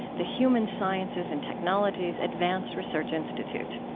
the human-sciences and technologies advanced research institute.